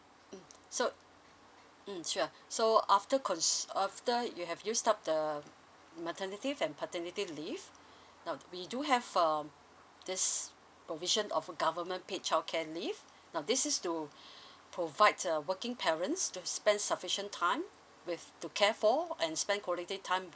mm so mm sure so after cons after you have you have used up the maternity leave and paternity leave now we do have um this provision of a government paid childcare leave now this is to provide a working parents to spend sufficient time with to care for and spend quality time